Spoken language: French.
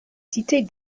citer